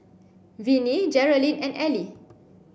Vinnie Jerilyn and Elie